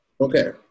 Okay